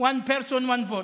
One Person, One Vote.